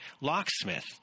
locksmith